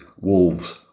Wolves